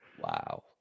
Wow